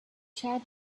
chad